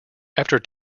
after